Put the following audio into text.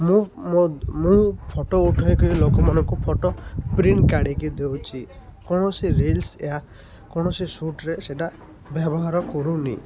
ମୁଁ ମୋ ମୁଁ ଫଟୋ ଉଠାଇକି ଲୋକମାନଙ୍କୁ ଫଟୋ ପ୍ରିଣ୍ଟ୍ କାଢ଼ିକି ଦେଉଛି କୌଣସି ରିଲ୍ସ ଏହା କୌଣସି ସୁଟ୍ରେ ସେଇଟା ବ୍ୟବହାର କରୁନି